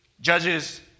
judges